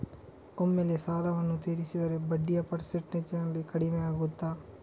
ಒಮ್ಮೆಲೇ ಸಾಲವನ್ನು ತೀರಿಸಿದರೆ ಬಡ್ಡಿಯ ಪರ್ಸೆಂಟೇಜ್ನಲ್ಲಿ ಕಡಿಮೆಯಾಗುತ್ತಾ?